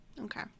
Okay